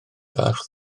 bach